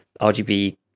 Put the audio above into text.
RGB